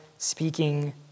Speaking